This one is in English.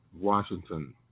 Washington